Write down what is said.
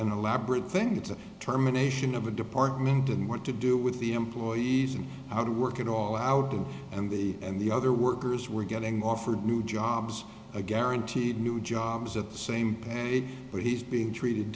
and elaborate thing to terminations of a department and what to do with the employees and how to work it all out and the and the other workers were getting offered new jobs a guaranteed new jobs at the same or he's being treated